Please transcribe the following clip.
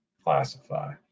classify